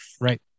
Right